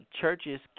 churches